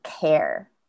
care